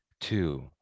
two